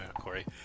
Corey